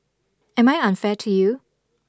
am I unfair to you